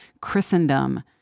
Christendom